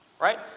Right